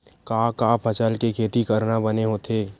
का का फसल के खेती करना बने होथे?